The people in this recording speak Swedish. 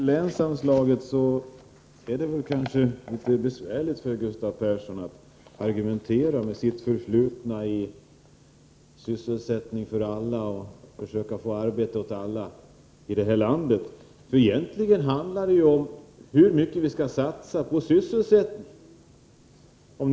Fru talman! När det gäller länsanslaget är det kanske besvärligt för Gustav Persson att argumentera. Han har ju ett förflutet när det gäller att försöka få sysselsättning åt alla i landet. Egentligen handlar det ju om hur mycket vi skall satsa på sysselsättning.